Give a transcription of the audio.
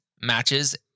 matches